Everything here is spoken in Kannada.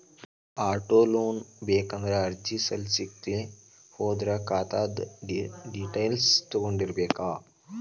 ಆಟೊಲೊನ್ ಬೇಕಂದ್ರ ಅರ್ಜಿ ಸಲ್ಲಸ್ಲಿಕ್ಕೆ ಹೋದ್ರ ಖಾತಾದ್ದ್ ಡಿಟೈಲ್ಸ್ ತಗೊಂಢೊಗಿರ್ಬೇಕ್